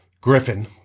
Griffin